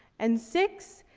and six,